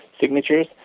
signatures